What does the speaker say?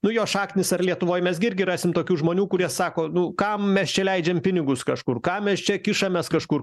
nu jo šaknys ar lietuvoj mes gi irgi rasim tokių žmonių kurie sako nu kam mes čia leidžiam pinigus kažkur kam mes čia kišamės kažkur